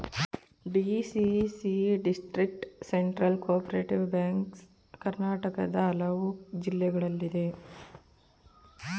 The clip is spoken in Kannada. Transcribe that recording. DCC district central cooperative banks ಕರ್ನಾಟಕದ ಹಲವು ಜಿಲ್ಲೆಗಳಲ್ಲಿದೆ